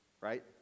right